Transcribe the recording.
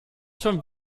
schon